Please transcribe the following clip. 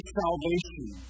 salvation